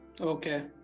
Okay